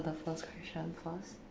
the first question first